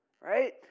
Right